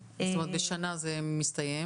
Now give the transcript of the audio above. כלומר בשנה זה מסתיים.